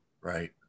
Right